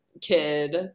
kid